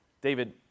David